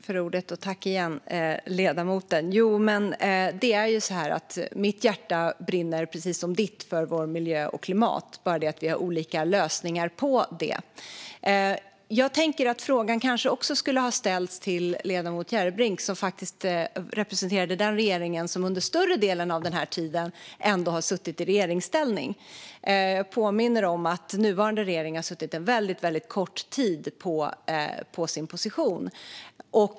Fru talman! Mitt hjärta brinner precis som ledamotens för vår miljö och klimatet - vi har bara olika lösningar. Frågan kanske också borde ställas till ledamoten Järrebring, som representerar den regering som under större delen av tiden har suttit i regeringsställning. Jag påminner om att den nuvarande regeringen har suttit väldigt kort tid på sin position.